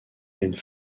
and